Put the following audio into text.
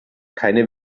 keine